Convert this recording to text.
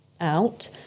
out